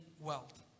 wealth